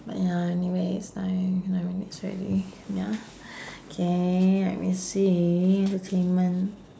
but ya anyways now nine minutes already wait ah K let me see the